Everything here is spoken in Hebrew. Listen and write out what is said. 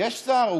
יש שר.